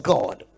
God